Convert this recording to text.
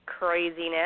craziness